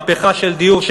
מהפכה של דיור,